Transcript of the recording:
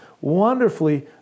wonderfully